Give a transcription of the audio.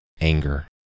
anger